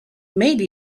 maybe